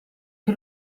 che